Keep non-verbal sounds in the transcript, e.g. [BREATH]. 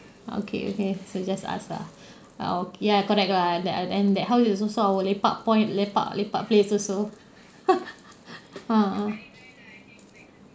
okay okay so just ask lah [BREATH] err okay ya correct lah and that and that house is also our lepak point lepak lepak place also [LAUGHS] uh